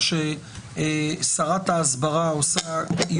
מה ששרת ההסברה עושה.